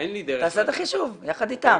אין לי דרך -- תעשה את החישוב יחד איתה.